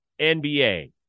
NBA